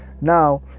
Now